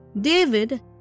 David